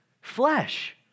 Flesh